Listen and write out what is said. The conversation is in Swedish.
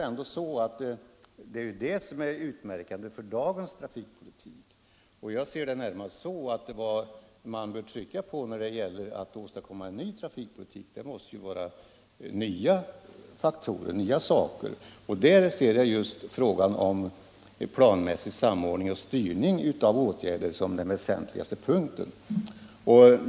Jag ser det närmast så att vad man bör trycka på när det gäller att åstadkomma en ny trafikpolitik måste vara nya faktorer, och då betraktar jag just frågan om en planmässig samordning och styrning av åtgärder som den väsentligaste punkten.